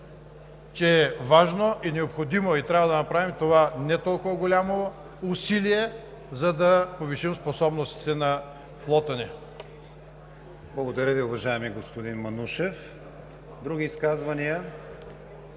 че е важно и необходимо и трябва да направим това не толкова голямо усилие, за да повишим способностите на флота ни. ПРЕДСЕДАТЕЛ КРИСТИАН ВИГЕНИН: Благодаря Ви, уважаеми господин Манушев. Други изказвания?